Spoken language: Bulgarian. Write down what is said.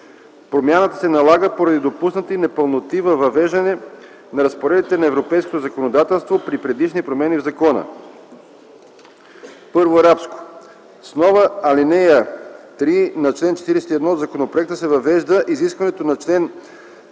Промяната се налага поради допуснати непълноти във въвеждане на разпоредбите на европейското законодателство при предишни промени в закона. 1. С новата ал. 3 на чл. 41 от законопроекта се въвежда изискването на чл.12,